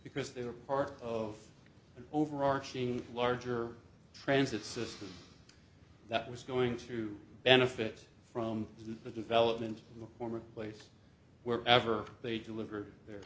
because they were part of an overarching larger transit system that was going to benefit from the development of the former place wherever they deliver their